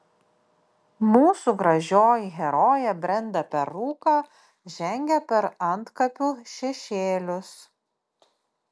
mūsų gražioji herojė brenda per rūką žengia per antkapių šešėlius